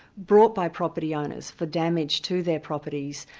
brought by property owners for damage to their properties,